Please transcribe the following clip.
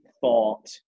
thought